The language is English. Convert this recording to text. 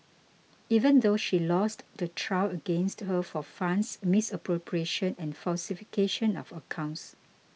even though she lost the trial against her for funds misappropriation and falsification of accounts